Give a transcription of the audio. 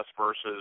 versus